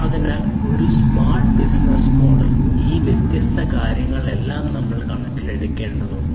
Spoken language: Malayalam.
അതിനാൽ ഒരു സ്മാർട്ട് ബിസിനസ്സ് മോഡൽ ഈ വ്യത്യസ്ത കാര്യങ്ങളെല്ലാം കണക്കിലെടുക്കേണ്ടതുണ്ട്